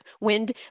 wind